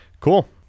Cool